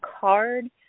card